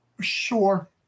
Sure